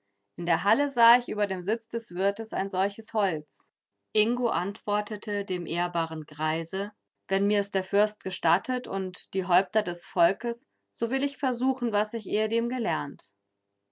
in der halle sah ich über dem sitz des wirtes ein solches holz ingo antwortete dem ehrbaren greise wenn mir's der fürst gestattet und die häupter des volkes so will ich versuchen was ich ehedem gelernt